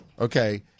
Okay